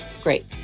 great